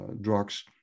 drugs